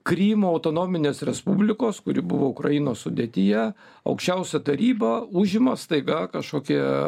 krymo autonominės respublikos kuri buvo ukrainos sudėtyje aukščiausią tarybą užima staiga kažkokie